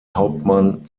hauptmann